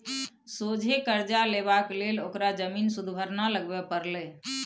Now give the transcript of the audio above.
सोझे करजा लेबाक लेल ओकरा जमीन सुदभरना लगबे परलै